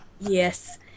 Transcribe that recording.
yes